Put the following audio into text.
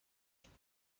بعدا